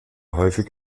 häufig